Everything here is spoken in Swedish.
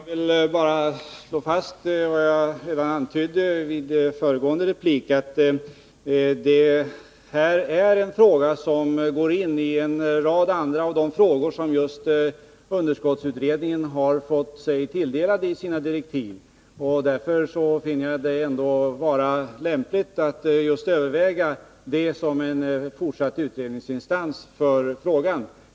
Fru talman! Jag vill bara slå fast vad jag redan antydde i min föregående replik, nämligen att det här är en fråga som går in i en rad andra, och det är frågor som just underskottskommittén har fått sig tilldelade i sina direktiv. Därför finner jag det ändå vara lämpligt att just överväga att låta kommittén vara en fortsatt utredningsinstans för frågan.